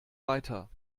weiter